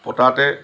পতাতে